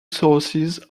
sources